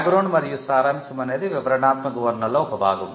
back ground మరియు సారాంశం అనేది వివరణాత్మక వర్ణనలో ఒక భాగం